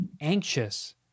anxious